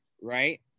right